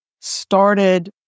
Started